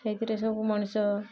ସେଇଥିରେ ସବୁ ମଣିଷ